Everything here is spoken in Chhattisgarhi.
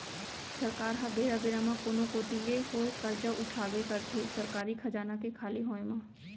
सरकार ह बेरा बेरा म कोनो कोती ले होवय करजा उठाबे करथे सरकारी खजाना के खाली होय म